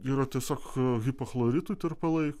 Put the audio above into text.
yra tiesiog hipochloritų tirpalai